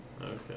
okay